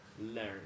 learn